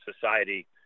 society